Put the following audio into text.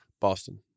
Boston